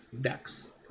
decks